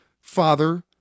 father